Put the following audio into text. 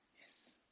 Yes